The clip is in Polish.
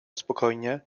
spokojnie